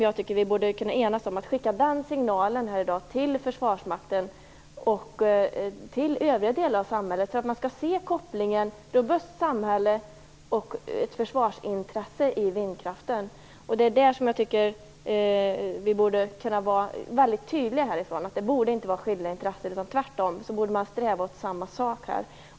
Jag tycker att vi borde enas om att skicka den signalen till Försvarsmakten och till övriga delar av samhället så att man kan se kopplingen mellan ett robust samhälle och ett försvarsintresse i vindkraften. Där borde vi kunna vara väldigt tydliga. Det borde inte vara skilda intressen. Tvärtom borde man sträva mot samma saker.